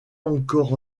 encore